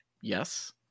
yes